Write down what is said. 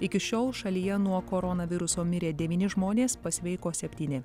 iki šiol šalyje nuo koronaviruso mirė devyni žmonės pasveiko septyni